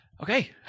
okay